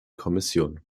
kommission